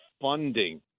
funding